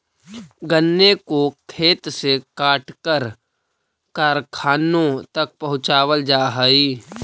गन्ने को खेत से काटकर कारखानों तक पहुंचावल जा हई